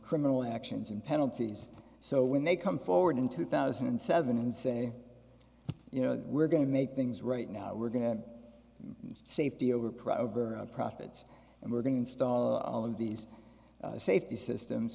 criminal actions and penalties so when they come forward in two thousand and seven and say you know we're going to make things right now we're going to safety over prover profits and we're going install all of these safety systems